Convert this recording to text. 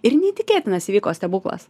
ir neįtikėtinas įvyko stebuklas